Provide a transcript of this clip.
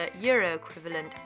euro-equivalent